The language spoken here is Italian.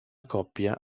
coppia